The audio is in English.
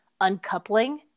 uncoupling